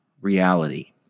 reality